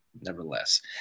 nevertheless